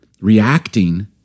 reacting